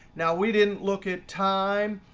now we didn't look at time,